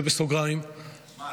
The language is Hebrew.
וזה בסוגריים --- מה,